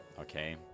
Okay